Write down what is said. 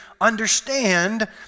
understand